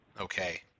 okay